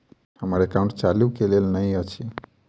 हम्मर एकाउंट चालू केल नहि अछि?